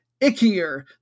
Ickier